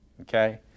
okay